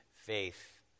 faith